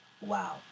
Wow